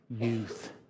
youth